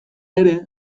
ere